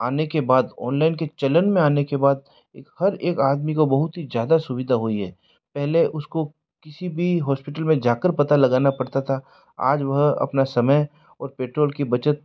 आने के बाद ऑनलाइन के चलन में आने के बाद एक हर एक आदमी को बहुत ही ज़्यादा सुविधा हुई है पहले उसको किसी भी हॉस्पिटल में जा कर पता लगाना पड़ता था आज वह अपना समय और पेट्रोल की बचत